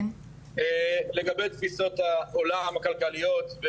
לגבי תפיסות העולם הכלכליות,